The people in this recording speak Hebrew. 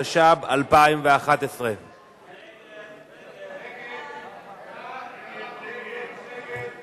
התשע"ב 2011. ההצעה להסיר מסדר-היום את הצעת חוק דיור סוציאלי,